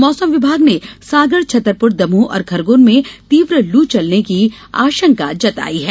मौसम विभाग ने सागर छतरपुर दमोह और खरगोन में तीव्र लू चलने की आशंका जताई है